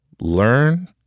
learn